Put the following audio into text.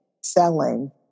selling